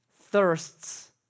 thirsts